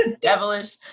devilish